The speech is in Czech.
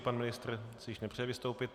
Pan ministr si již nepřeje vystoupit.